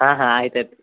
ಹಾಂ ಹಾಂ ಆಯ್ತು ಆಯ್ತು